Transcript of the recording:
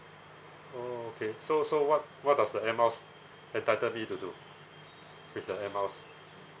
oh okay so so what what does the air miles entitle me to do with the air miles